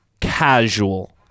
casual